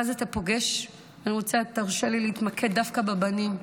ואז אתה פוגש ומוצא, תרשה לי להתמקד דווקא בבנים,